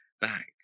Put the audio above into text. back